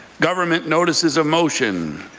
government notices of motion.